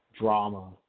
drama